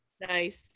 Nice